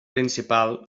principal